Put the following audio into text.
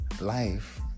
Life